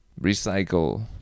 recycle